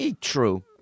True